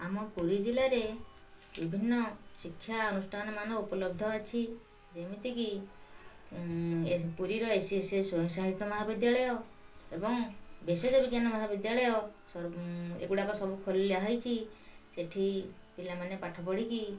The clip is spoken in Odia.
ଆମ ପୁରୀ ଜିଲ୍ଲାରେ ବିଭିନ୍ନ ଶିକ୍ଷା ଅନୁଷ୍ଠାନମାନ ଉପଲବ୍ଧ ଅଛି ଯେମିତିକି ଏସ ପୁରୀର ଏସ୍ ସି ଏସ୍ ସ୍ୱୟଂସାହିତ ମହାବିଦ୍ୟାଳୟ ଏବଂ ବିସେଜ ବିଜ୍ଞାନ ମହାବିଦ୍ୟାଳୟ ସର ଏଗୁଡ଼ାକ ସବୁ ଖୋଲା ହେଇଛି ସେଇଠି ପିଲାମାନେ ପାଠ ପଢ଼ିକି